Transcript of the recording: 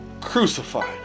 crucified